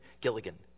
Gilligan